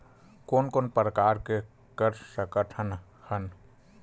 कोन कोन प्रकार के कर सकथ हन?